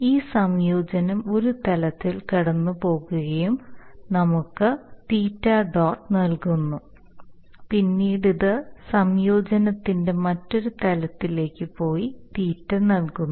ഈ സംയോജനം ഒരു തലത്തിൽ കടന്നുപോകുകയും നമുക്ക് θ ഡോട്ട് നൽകുന്നു പിന്നീട് ഇത് സംയോജനത്തിന്റെ മറ്റൊരു തലത്തിലേക്ക് പോയി θ നൽകുന്നു